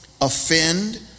offend